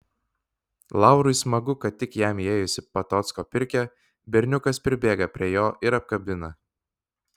laurui smagu kad tik jam įėjus į patocko pirkią berniukas pribėga prie jo ir apkabina